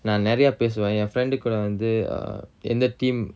நா நெறயப் பெசுவன் என்:na neraya pesuvan en friend டு கூட வந்து:du kooda vanthu err எந்த:entha team